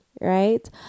right